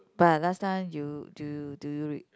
but last time do you do you do you read